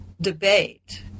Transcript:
debate